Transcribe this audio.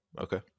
okay